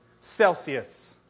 Celsius